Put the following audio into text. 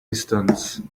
distance